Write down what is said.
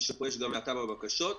יש גם האטה בבקשות.